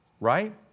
right